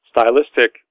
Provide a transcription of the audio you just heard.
stylistic